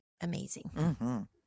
amazing